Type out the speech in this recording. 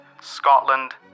Scotland